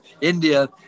India